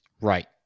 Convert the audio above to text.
Right